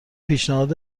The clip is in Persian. پیشنهاد